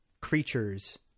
creatures